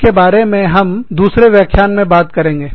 इसके बारे में हम दूसरे व्याख्यान में बात करेंगे